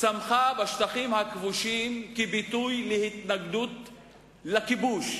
צמחה בשטחים הכבושים כביטוי להתנגדות לכיבוש.